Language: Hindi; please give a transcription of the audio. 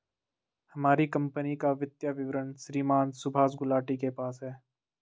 हमारी कम्पनी का वित्तीय विवरण श्रीमान सुभाष गुलाटी के पास है